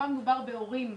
הפעם מדובר בהורים,